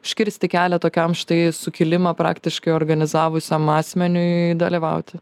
užkirsti kelią tokiam štai sukilimą praktiškai organizavusiam asmeniui dalyvauti